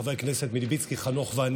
חבר הכנסת חנוך מלביצקי ואני,